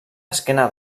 esquena